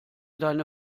deine